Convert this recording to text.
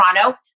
Toronto